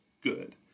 good